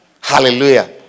Hallelujah